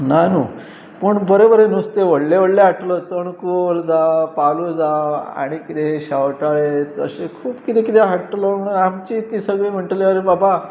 ना न्हय पूण बरें बरें नुस्तें व्हडले व्हडलें हाडटलो चणकूल जावं पालू जावं आनी कितें शेंवटाळें तशें खूब किदें कितें हाडटलो म्हण आमची ती सगलीं म्हणटली अरे बाबा